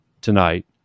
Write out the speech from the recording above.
tonight